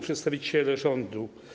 Przedstawiciele Rządu!